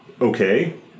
okay